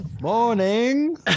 Morning